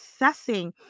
assessing